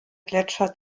gletscher